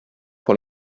pour